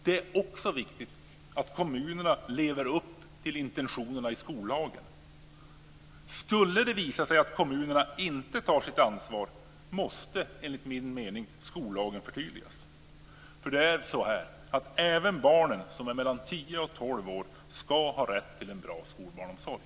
Det är också viktigt att kommunerna lever upp till intentionerna i skollagen. Skulle det visa sig att kommunerna inte tar sitt ansvar måste enligt min mening skollagen förtydligas. Det är så att även barnen som är mellan tio och tolv år ska ha rätt till en bra skolbarnsomsorg.